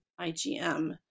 IGM